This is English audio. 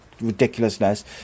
ridiculousness